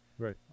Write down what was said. Right